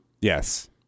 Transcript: Yes